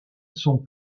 sont